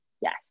yes